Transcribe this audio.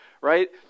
Right